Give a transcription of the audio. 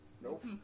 Nope